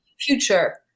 future